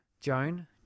Joan